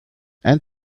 and